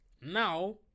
now